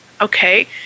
okay